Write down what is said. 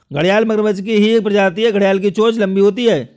घड़ियाल मगरमच्छ की ही एक प्रजाति है घड़ियाल की चोंच लंबी होती है